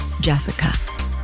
Jessica